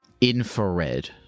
Infrared